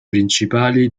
principali